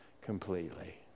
completely